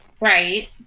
Right